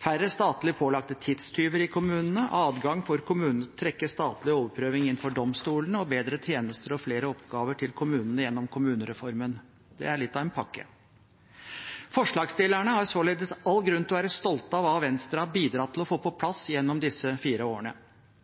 færre statlig pålagte tidstyver i kommunene adgang for kommunene til å trekke statlig overprøving inn for domstolene bedre tjenester og flere oppgaver til kommunene gjennom kommunereformen Det er litt av en pakke! Forslagsstillerne har således all grunn til å være stolt av hva Venstre har bidratt til å få på plass gjennom disse fire årene.